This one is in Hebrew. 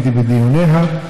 והייתי בדיוניה.